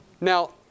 Now